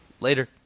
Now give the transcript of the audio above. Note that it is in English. Later